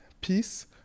peace